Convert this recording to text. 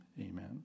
Amen